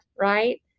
right